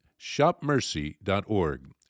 shopmercy.org